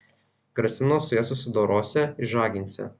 grasino su ja susidorosią išžaginsią